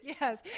Yes